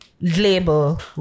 label